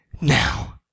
now